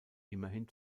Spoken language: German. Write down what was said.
immerhin